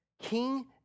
King